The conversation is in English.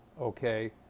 okay